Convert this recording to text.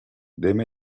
deme